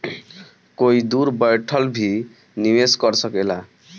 कोई दूर बैठल भी निवेश कर सकेला